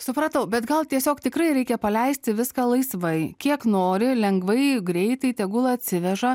supratau bet gal tiesiog tikrai reikia paleisti viską laisvai kiek nori lengvai greitai tegul atsiveža